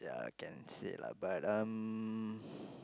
ya can say lah but um